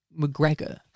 McGregor